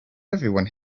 everyone